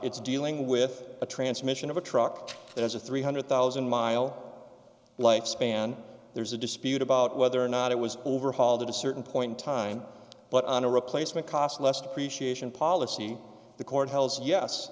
it's dealing with a transmission of a truck as a three hundred thousand mile lifespan there's a dispute about whether or not it was overhauled at a certain point in time but on a replacement cost less depreciation policy the court house yes